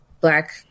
black